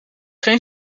geen